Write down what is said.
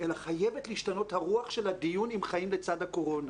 אלא חייבת להשתנות הרוח של הדיון אם חיים לצד הקורונה,